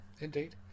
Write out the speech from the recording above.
indeed